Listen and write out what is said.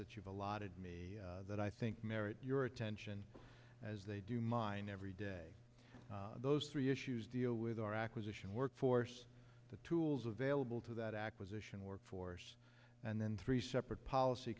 that you've allotted me that i think merit your attention as they do mine every day those three issues deal with our acquisition workforce the tools available to that acquisition workforce and then three separate policy